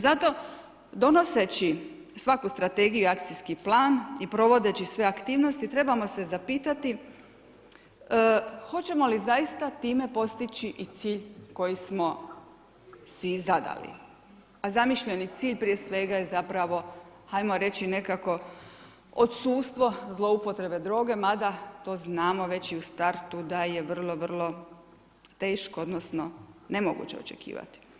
Zato donoseći svaku strategiju i akcijski plan i provodeći sve aktivnosti trebamo se zapitati hoćemo li zaista time postići i cilj koji smo si i zadali, a zamišljeni cilj prije svega je zapravo hajmo reći nekako odsustvo zloupotrebe droge mada to znamo već i u startu da je vrlo, vrlo teško, odnosno nemoguće očekivati.